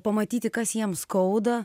pamatyti kas jiem skauda